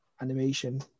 animation